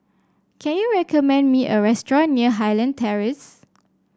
can you recommend me a restaurant near Highland Terrace